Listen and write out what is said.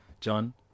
John